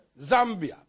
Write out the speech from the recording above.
Zambia